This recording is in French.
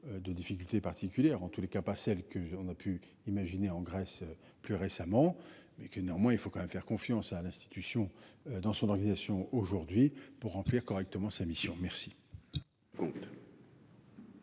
de difficultés particulières, en tous les cas, pas celle qu'on a pu imaginer en Grèce. Plus récemment mais qui néanmoins il faut quand même faire confiance à l'institution dans son organisation aujourd'hui pour remplir correctement sa mission. Merci.